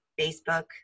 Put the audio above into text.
Facebook